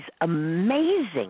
amazing